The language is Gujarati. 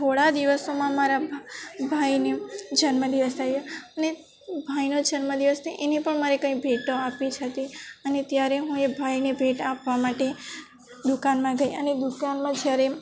થોડા દિવસોમાં મારા ભાઈને જન્મદિવસ થયો ને ભાઇનો જન્મદિવસથી એને પણ મારે કંઈ ભેટ તો આપવી જ હતી અને ત્યારે હું એ ભાઈને ભેટ આપવા માટે દુકાનમાં ગઈ અને દુકાનમાં જ્યારે